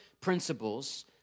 principles